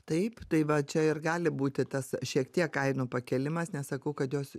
taip tai va čia ir gali būti tas šiek tiek kainų pakėlimas nesakau kad jos